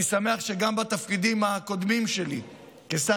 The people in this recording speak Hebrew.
אני שמח שגם בתפקידים הקודמים שלי כשר